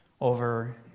over